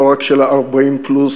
לא רק של ה-40 פלוס,